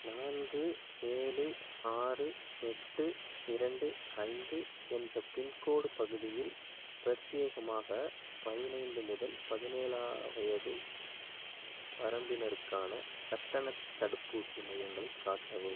நான்கு ஏழு ஆறு எட்டு இரண்டு ஐந்து என்ற பின்கோடு பகுதியில் பிரத்யேகமாக பதினைந்து முதல் பதினேழு வயது வரம்பினருக்கான கட்டணத் தடுப்பூசி மையங்களை காட்டவும்